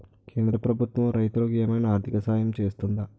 కేంద్ర ప్రభుత్వం రైతులకు ఏమైనా ఆర్థిక సాయం చేస్తుందా?